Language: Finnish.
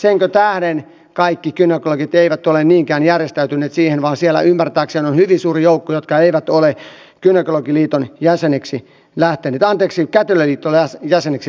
senkö tähden kaikki kätilöt eivät ole niinkään järjestäytyneet siihen vaan siellä ymmärtääkseni on hyvin suuri joukko niitä jotka eivät ole kätilöliiton jäseniksi lähteneet